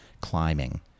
climbing